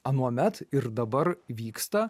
anuomet ir dabar vyksta